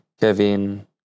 Kevin